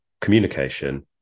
communication